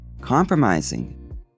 Compromising